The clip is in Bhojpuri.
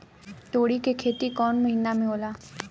तोड़ी के खेती कउन महीना में होला?